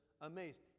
amazed